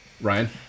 ryan